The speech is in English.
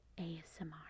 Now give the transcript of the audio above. ASMR